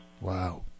Wow